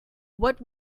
what